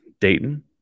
Dayton